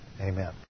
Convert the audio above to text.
Amen